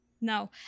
No